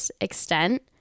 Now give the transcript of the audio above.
extent